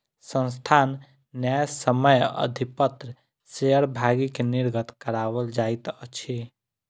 संस्थान न्यायसम्य अधिपत्र शेयर भागी के निर्गत कराओल जाइत अछि